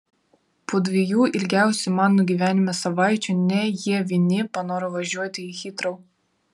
po dviejų ilgiausių mano gyvenime savaičių ne jie vieni panoro važiuoti į hitrou